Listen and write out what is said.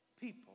people